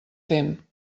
fem